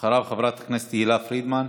מלכיאלי, אחריו, חברת הכנסת תהלה פרידמן.